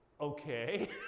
Okay